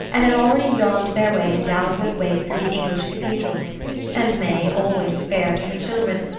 and had already yawned their way in dallas's wake through the english cathedrals and may, always fair to her children,